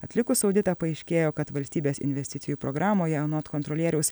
atlikus auditą paaiškėjo kad valstybės investicijų programoje anot kontrolieriaus